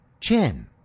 chin